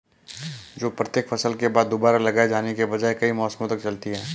जो प्रत्येक फसल के बाद दोबारा लगाए जाने के बजाय कई मौसमों तक चलती है